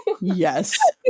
Yes